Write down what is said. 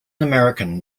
american